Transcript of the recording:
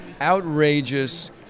outrageous